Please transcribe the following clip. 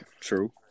true